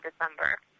December